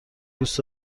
دوست